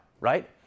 right